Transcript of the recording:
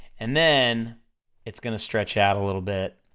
and then it's gonna stretch out a little bit,